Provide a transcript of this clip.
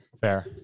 fair